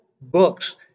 books